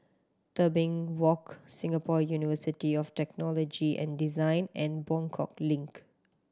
Tebing Walk Singapore University of Technology and Design and Buangkok Link